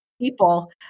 people